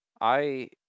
I-